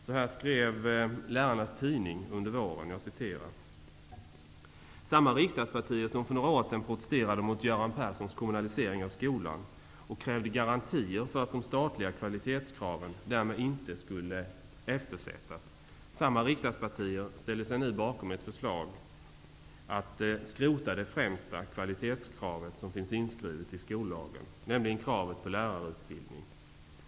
Så här skrev Lärarnas Tidning under våren: ''Samma riksdagspartier som för några år sedan protesterade mot Göran Perssons kommunalisering av skolan och krävde garantier för att de statliga kvalitetskraven därmed inte skulle eftersättas -- samma riksdagspartier ställer sig nu bakom ett förslag att skrota det främsta kvalitetskravet som finns inskrivet i skollagen, nämligen kravet på lärarutbildning.